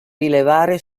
rilevare